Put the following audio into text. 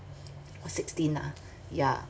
or sixteen ah yeah